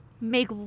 make